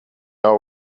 know